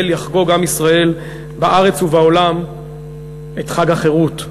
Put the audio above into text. יחגוג עם ישראל בארץ ובעולם את חג החירות.